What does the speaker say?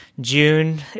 June